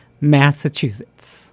Massachusetts